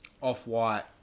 off-white